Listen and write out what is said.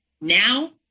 Now